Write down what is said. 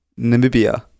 Namibia